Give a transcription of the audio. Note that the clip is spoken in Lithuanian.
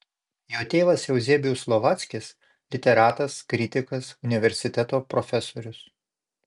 jo tėvas euzebijus slovackis literatas kritikas universiteto profesorius